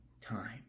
time